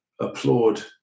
applaud